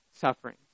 suffering